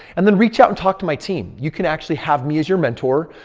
and then reach out talk to my team. you can actually have me as your mentor.